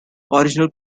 original